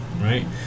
right